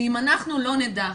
ואם אנחנו לא נדע,